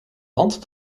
hand